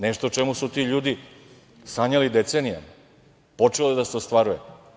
Nešto o čemu su ti ljudi sanjali decenijama, to je počelo da se ostvaruje.